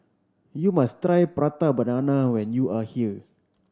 you must try Prata Banana when you are here